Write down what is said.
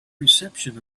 reception